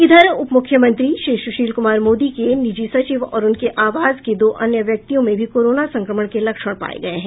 इधर उपमुख्यमंत्री श्री सुशील कुमार मोदी के निजी सचिव और उनके आवास के दो अन्य व्यक्तियों में भी कोरोना संक्रमण के लक्षण पाए गए हैं